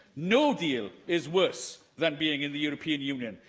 no deal is worse than being in the european union.